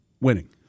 winning